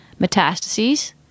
metastases